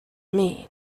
mean